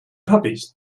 puppies